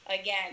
again